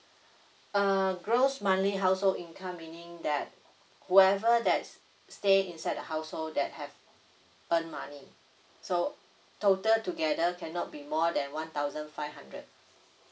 err gross monthly household income meaning that whoever that's stay inside the household that have earn money so total together cannot be more than one thousand five hundred